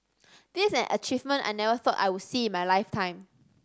this is an achievement I never thought I would see in my lifetime